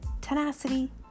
tenacity